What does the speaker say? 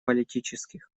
политических